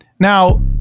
Now